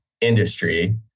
industry